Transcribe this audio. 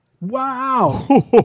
Wow